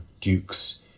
dukes